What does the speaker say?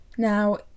Now